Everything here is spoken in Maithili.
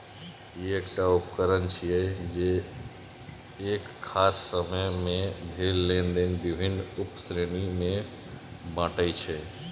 ई एकटा उकरण छियै, जे एक खास समय मे भेल लेनेदेन विभिन्न उप श्रेणी मे बांटै छै